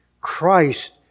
Christ